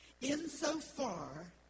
insofar